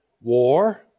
war